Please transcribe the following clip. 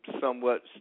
somewhat